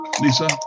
Lisa